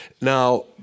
Now